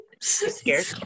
Scared